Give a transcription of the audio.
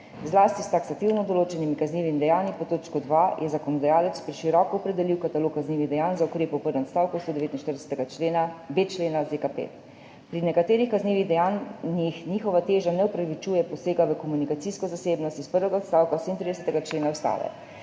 Zlasti s taksativno določenimi kaznivimi dejanji pod točko 2 je zakonodajalec preširoko opredelil katalog kaznivih dejanj za ukrepe v prvem odstavku 149.b člena ZKP. Pri nekaterih kaznivih dejanjih njihova teža ne upravičuje posega v komunikacijsko zasebnost iz prvega odstavka 37. člena Ustave.